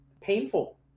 painful